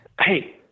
Hey